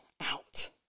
out